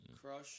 Crush